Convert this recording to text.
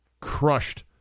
crushed